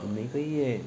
每个月